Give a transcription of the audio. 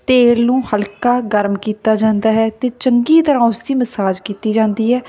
ਤੇਲ ਨੂੰ ਹਲਕਾ ਗਰਮ ਕੀਤਾ ਜਾਂਦਾ ਹੈ ਅਤੇ ਚੰਗੀ ਤਰ੍ਹਾਂ ਉਸਦੀ ਮਸਾਜ ਕੀਤੀ ਜਾਂਦੀ ਹੈ